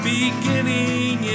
Beginning